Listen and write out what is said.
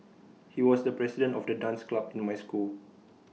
he was the president of the dance club in my school